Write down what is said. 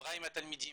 שדיברה עם התלמידים